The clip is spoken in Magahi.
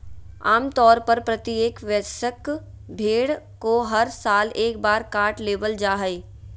आम तौर पर प्रत्येक वयस्क भेड़ को हर साल एक बार काट लेबल जा हइ